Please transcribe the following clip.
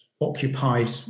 occupied